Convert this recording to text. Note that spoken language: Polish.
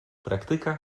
praktyka